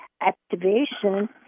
activation